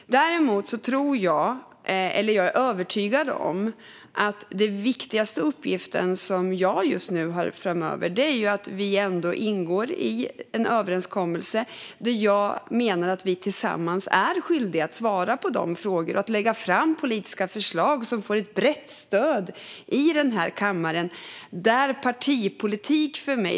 Däremot är jag övertygad om att den viktigaste uppgift som jag har framöver är att ingå i en överenskommelse där jag menar att vi tillsammans är skyldiga att svara på frågor och lägga fram politiska förslag som får ett brett stöd i den här kammaren.